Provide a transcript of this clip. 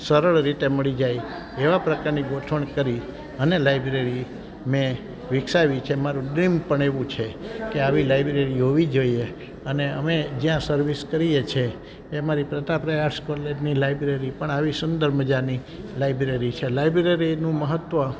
સરળ રીતે મળી જાય એવા પ્રકારની ગોઠવણ કરી અને લાઈબ્રેરી મેં વિકસાવી છે મારું ડ્રીમ પણ એવું છે કે આવી લાઇબ્રેરી હોવી જોઈએ અને અમે જ્યાં સર્વિસ કરીએ છીએ એ મારી પ્રથા પ્રયાસ કોલેજની લાઈબ્રેરી પણ આવી સુંદર મજાની લાઈબ્રેરી છે લાઈબ્રેરીનું મહત્વ